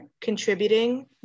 contributing